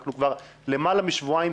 אנחנו כבר למעלה משבועיים,